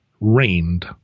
rained